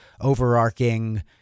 overarching